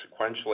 sequentially